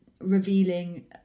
revealing